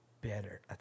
better